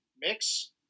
mix